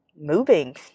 moving